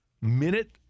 minute